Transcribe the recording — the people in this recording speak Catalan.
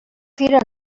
fira